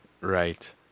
Right